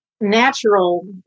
natural